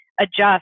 adjust